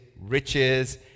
riches